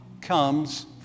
comes